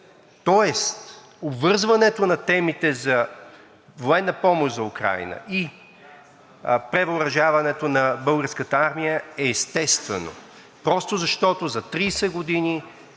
Тоест обвързването на темите за военна помощ за Украйна и превъоръжаването на Българската армия е естествено, просто защото за 30 години